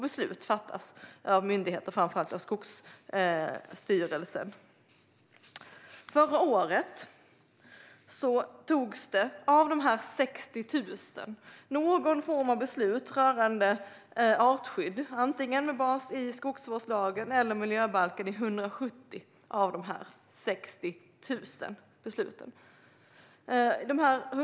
Beslut fattas av myndigheter, framför allt av Skogsstyrelsen. När det gäller de här 60 000 anmälningarna togs förra året någon form av beslut rörande artskydd, med bas i antingen skogsvårdslagen eller miljöbalken, i 170 av dem.